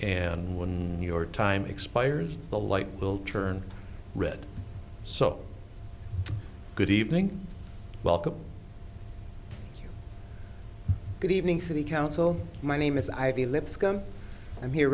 and when your time expires the light will turn red so good evening welcome good evening city council my name is i